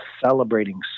celebrating